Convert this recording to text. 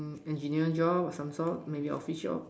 engineer degree some sort maybe office job